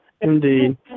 Indeed